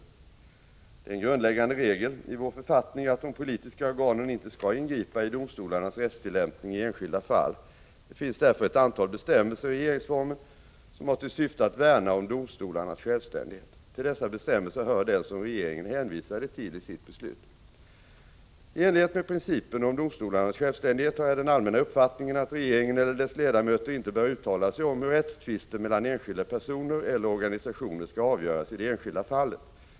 Det är en grundläggande regel i vår författning att de politiska organen inte skall ingripa i domstolarnas rättstillämpning i enskilda fall. Det finns därför ett antal bestämmelser i regeringsformen som har till syfte att värna om domstolarnas självständighet. Till dessa bestämmelser hör den som regeringen hänvisade till i sitt beslut. I enlighet med principen om domstolarnas självständighet har jag den allmänna uppfattningen att regeringen eller dess ledamöter inte bör uttala sig om hur rättstvister mellan enskilda personer eller organisationer skall avgöras i det enskilda fallet.